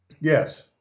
Yes